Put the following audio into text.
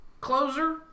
closer